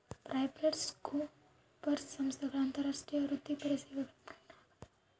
PricewaterhouseCoopers ಸಂಸ್ಥೆಗಳ ಅಂತಾರಾಷ್ಟ್ರೀಯ ವೃತ್ತಿಪರ ಸೇವೆಗಳ ಬ್ರ್ಯಾಂಡ್ ಆಗ್ಯಾದ